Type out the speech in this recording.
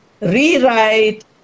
rewrite